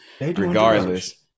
regardless